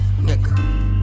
Nigga